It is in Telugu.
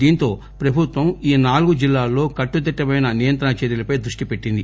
దీంతో ప్రభుత్వం ఈ నాలుగు జిల్లాల్లో కట్టుదిట్టమైన నియంత్రణ చర్యలపై దృష్టిపెట్టింది